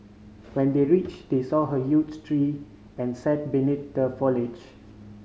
when they reach they saw her tree and sat beneath the foliage